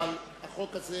אבל החוק הזה